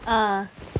uh